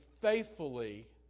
faithfully